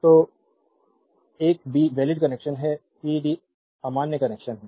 तो एक B valid connection हैं सी डी अमान्य कनेक्शन हैं